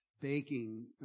Baking